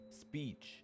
speech